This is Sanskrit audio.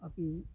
अपि